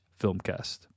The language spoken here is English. filmcast